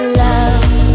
love